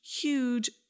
huge